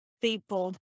people